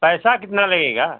पैसा कितना लगेगा